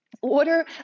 Order